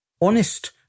honest